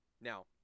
Now